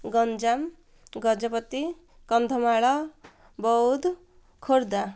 Ganjam Gajapati Kandhamal Boudh Khordha